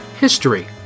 history